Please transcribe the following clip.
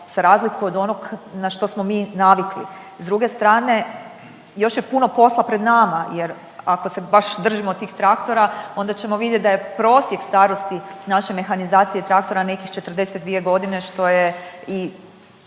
se razlikuju od onog na što smo mi navikli. S druge strane, još je puno posla pred nama jer ako se baš držimo tih traktora, onda ćemo vidjeti da je prosjek starosti naše mehanizacije traktora nekih 42 godine, što je i